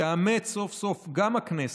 תאמץ סוף-סוף גם הכנסת,